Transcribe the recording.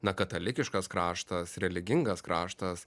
na katalikiškas kraštas religingas kraštas